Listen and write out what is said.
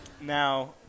Now